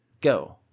Go